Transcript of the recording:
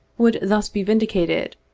would thus be vindicated,